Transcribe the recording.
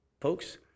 folks